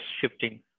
shifting